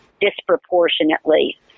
disproportionately